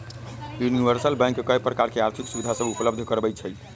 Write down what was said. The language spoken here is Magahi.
यूनिवर्सल बैंक कय प्रकार के आर्थिक सुविधा सभ उपलब्ध करबइ छइ